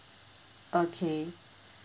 okay